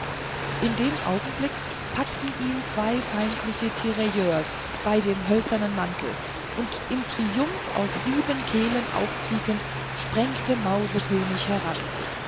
in dem augenblick packten ihn zwei feindliche tirailleurs bei dem hölzernen mantel und im triumph aus sieben kehlen aufquiekend sprengte mausekönig heran